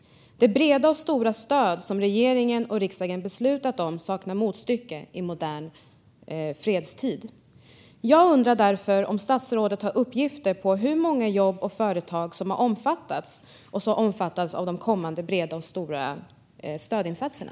De breda och stora stöd som regeringen och riksdagen har beslutat om saknar motstycke i modern fredstid. Jag undrar därför om statsrådet har uppgifter om hur många jobb och företag som har omfattats och som omfattas av de kommande breda och stora stödinsatserna.